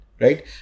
Right